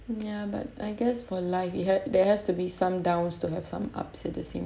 ya but I guess for life it had there has to be some downs to have some ups at the same